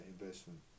investment